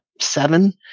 seven